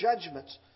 judgments